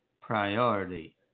priority